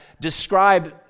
describe